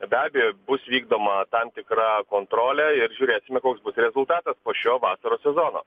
be abejo bus vykdoma tam tikra kontrolė ir žiūrėsime koks bus rezultatas po šio vasaros sezono